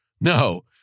No